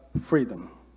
freedom